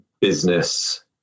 business